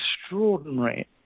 extraordinary